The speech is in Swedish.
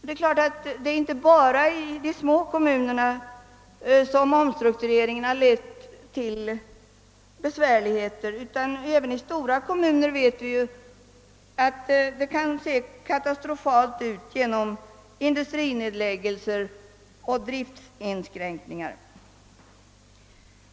Men det är inte bara i de små kommunerna som omstruktureringen har lett till besvärligheter, utan även i stora kommuner kan läget, som vi vet, te sig katastrofalt på grund av industrinedläggelser och driftinskränkningar.